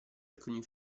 alcuni